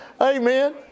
Amen